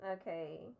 Okay